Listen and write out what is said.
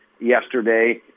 yesterday